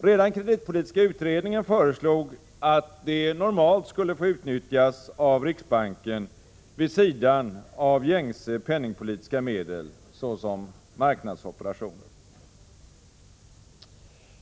Redan kreditpolitiska utredningen föreslog att 27 det normalt skulle få utnyttjas av riksbanken vid sidan av gängse penningpolitiska medel såsom marknadsoperationer.